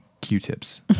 Q-tips